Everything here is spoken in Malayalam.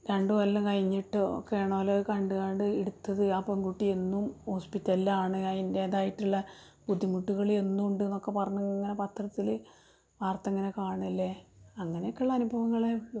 രണ്ട് കൊല്ലം കഴിഞ്ഞിട്ടും ഒക്കെയാണോല് അത് കണ്ട്കാണ്ട് എടുത്തത് ആ പെൺകുട്ടി എന്നും ഹോസ്പിറ്റലിലാണ് അതിൻറ്റേതായിട്ടുള്ള ബുദ്ധിമുട്ടുകൾ എന്നും ഉണ്ട് എന്നൊക്കെ പറഞ്ഞ് ഇങ്ങനെ പത്രത്തിൽ വാർത്ത ഇങ്ങനെ കാണല്ലേ അങ്ങനെയൊക്കെ ഉള്ള അനുഭവങ്ങളേ ഉള്ളൂ